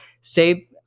stay